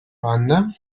banda